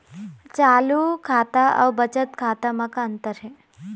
चालू खाता अउ बचत खाता म का अंतर हे?